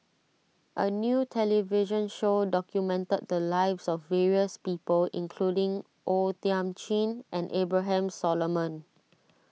a new television show documented the lives of various people including O Thiam Chin and Abraham Solomon